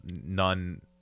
none